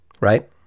Right